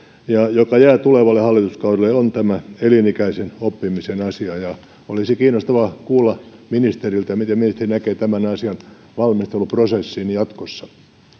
joka jää tulevalle hallituskaudelle on tämä elinikäisen oppimisen asia olisi kiinnostavaa kuulla ministeriltä miten ministeri näkee tämän asian valmisteluprosessin jatkossa